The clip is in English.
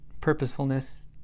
purposefulness